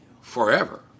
Forever